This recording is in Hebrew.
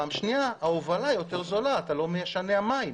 פעם שנייה, ההובלה יותר זולה כי אתה לא משנע מים.